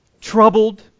troubled